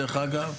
דרך אגב,